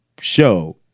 show